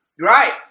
Right